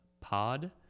pod